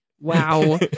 Wow